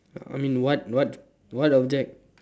I mean what what what object